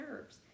nerves